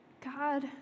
God